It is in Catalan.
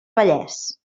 vallès